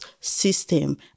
system